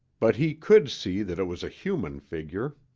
but he could see that it was a human figure.